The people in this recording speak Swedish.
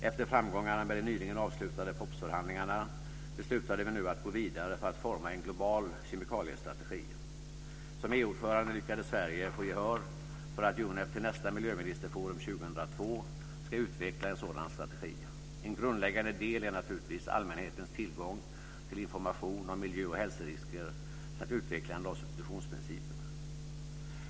Efter framgångarna med de nyligen avslutade POPS förhandlingarna beslutade vi nu att gå vidare för att forma en global kemikaliestrategi. Som EU ordförande lyckades Sverige få gehör för att UNEP till nästa miljöministerforum 2002 ska utveckla en sådan strategi. En grundläggande del är naturligtvis allmänhetens tillgång till information om miljö och hälsorisker samt utvecklande av substitutionsprincipen.